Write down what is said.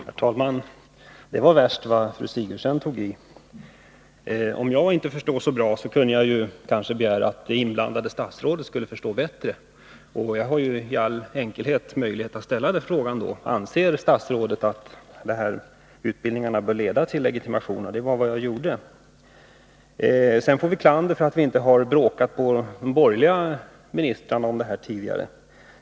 Herr talman! Det var värst vad fru Sigurdsen tog i. Om inte jag förstår så bra, kunde jag kanske begära att det inblandade statsrådet skulle förstå bättre. Jag har ju i all enkelhet möjlighet att ställa frågan: Anser statsrådet att de utbildningar det här gäller bör leda till legitimation? Det var det jag gjorde. Vi får sedan klander för att vi inte tidigare har bråkat med de borgerliga ministrarna om detta.